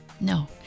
No